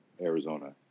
Arizona